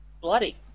bloody